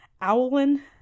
owlin